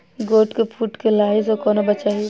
गोट केँ फुल केँ लाही सऽ कोना बचाबी?